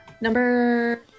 Number